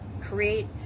create